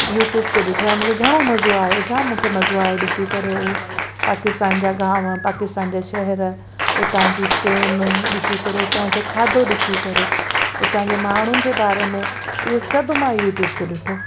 YouTube ते ॾिठो आहे मूंखे घणो मज़ो आयो जाम मूंखे मज़ो आयो ॾिसी करे इहो पाकिस्तान जा गांव पाकिस्तान जा शहर हुतां जी ट्रेनू ॾिसी करे हुतां जो खाधो ॾिसी करे उतां जे माण्हुनि जे बारे में इहो सभु मां यूट्यूब ते ॾिठो